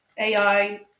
AI